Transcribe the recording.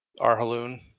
Arhaloon